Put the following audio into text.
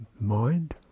mind